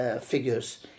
figures